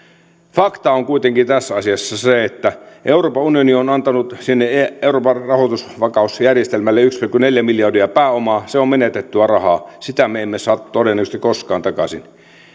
fakta on kuitenkin tässä asiassa se että euroopan unioni on antanut sinne euroopan rahoitusvakausjärjestelmälle yksi pilkku neljä miljardia pääomaa ja se on menetettyä rahaa sitä me emme saa todennäköisesti koskaan takaisin